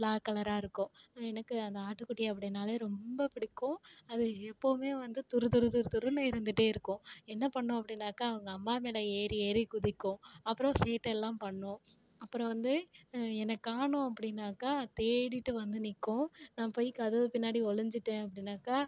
block கலராக இருக்கும் எனக்கு அந்த ஆட்டுக்குட்டி அப்படின்னாலே ரொம்ப பிடிக்கும் அது எப்போவுமே வந்து துறு துறு துறு துறுன்னு இருந்துகிட்டே இருக்கும் என்ன பண்ணும் அப்படின்னாக்கா அவங்க அம்மா மேலே ஏறி ஏறி குதிக்கும் அப்புறோம் சேட்டெல்லாம் பண்ணும் அப்புறோம் வந்து என்னை காணும் அப்படின்னாக்கா தேடிகிட்டு வந்து நிற்கும் நான் போய் கதவு பின்னாடி ஒளிஞ்சுட்டேன் அப்படின்னாக்கா